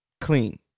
Clean